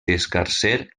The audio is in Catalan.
escarser